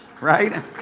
right